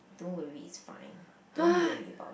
don't worry it's fine don't worry about